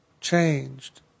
changed